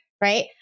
Right